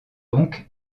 donc